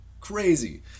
crazy